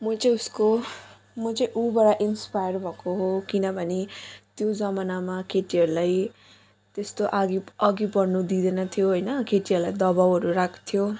म चाहिँ उसको म चाहिँ ऊबाट इन्स्पायर भएको हो किनभने त्यो जमानामा केटीहरूलाई त्यस्तो आगे अघि बढ्नु दिँदैनथ्यो होइन केटीहरूलाई दबाउहरू राख्थ्यो